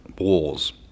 wars